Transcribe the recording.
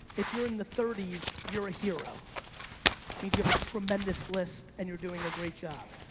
if you're in the thirty s you're a hero means you have a tremendous list and you're doing a great job.